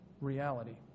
reality